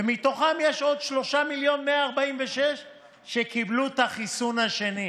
ומתוכם יש עוד שלושה מיליון ו-146,000 שקיבלו את החיסון השני.